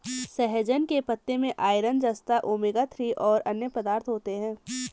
सहजन के पत्ते में आयरन, जस्ता, ओमेगा थ्री और अन्य पदार्थ होते है